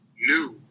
new